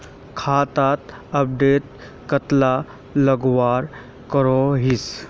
खाता अपटूडेट कतला लगवार करोहीस?